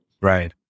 right